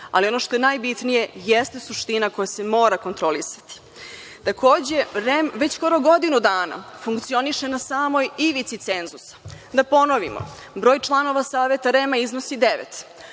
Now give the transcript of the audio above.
ali ono što je najbitnije jeste suština koja se mora kontrolisati. Takođe, REM već skoro godinu dana funkcioniše na samoj ivici cenzusa. Da ponovimo, broj članova Saveta REM iznosi